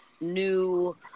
new